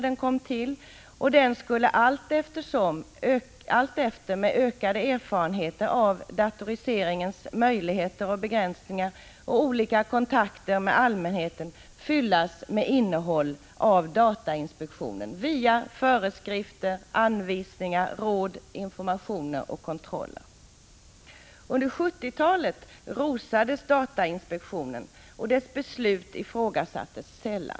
Denna ramlag skulle med ökade erfarenheter av datoriseringens möjligheter och begränsningar och olika kontakter med allmänheten fyllas med innehåll av datainspektionen via föreskrifter, anvisningar, råd, informationer och kontroller. Under 1970-talet rosades datainspektionen, och dess beslut ifrågasattes sällan.